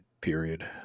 period